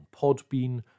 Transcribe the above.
Podbean